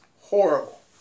horrible